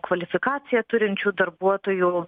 kvalifikaciją turinčių darbuotojų